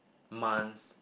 months